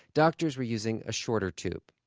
doctors were using a shorter tube.